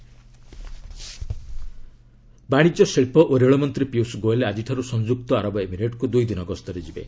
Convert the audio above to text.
ପିୟୁଷ୍ ଗୋଏଲ୍ ବାଶିଜ୍ୟ ଶିଳ୍ପ ଓ ରେଳ ମନ୍ତ୍ରୀ ପିୟୁଷ ଗୋଏଲ୍ ଆଜିଠାରୁ ସଂଯୁକ୍ତ ଆରବ ଏମିରେଟ୍କୁ ଦୁଇ ଦିନ ଗସ୍ତରେ ଯିବେ